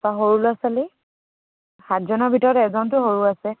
অঁ সৰু ল'ৰা ছোৱালী সাতজনৰ ভিতৰত এজনতো সৰু আছে